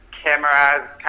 Cameras